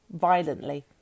violently